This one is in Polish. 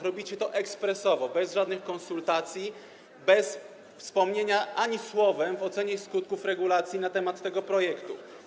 Robicie to ekspresowo, bez żadnych konsultacji, nie wspominacie ani słowem w ocenie skutków regulacji dotyczącej tego projektu.